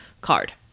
card